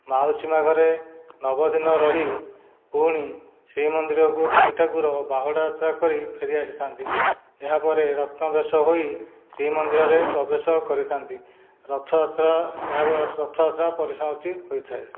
ମାଉସୀ ମା' ଘରେ ନବଦିନ ରହି ପୁଣି ଶ୍ରୀମନ୍ଦିରକୁ ତିନି ଠାକୁର ବାହୁଡ଼ା ଯାତ୍ରା କରି ଫେରି ଆସିଥାଆନ୍ତି ଏହା ପରେ ରତ୍ନ ବେଶ ହୋଇ ଶ୍ରୀମନ୍ଦିରରେ ପ୍ରବେଶ କରିଥା'ନ୍ତି ରଥଯାତ୍ରା ଏହା ରଥଯାତ୍ରା ପରିସମାପ୍ତି ହୋଇଥାଏ